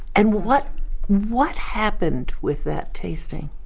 and what what happened with that tasting?